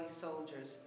soldiers